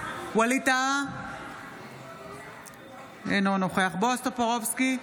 ווליד טאהא, אינו נוכח בועז טופורובסקי,